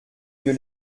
lieu